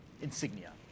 insignia